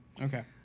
Okay